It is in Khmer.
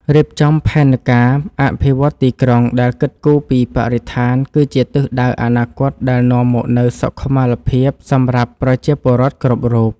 រៀបចំផែនការអភិវឌ្ឍទីក្រុងដែលគិតគូរពីបរិស្ថានគឺជាទិសដៅអនាគតដែលនាំមកនូវសុខុមាលភាពសម្រាប់ប្រជាពលរដ្ឋគ្រប់រូប។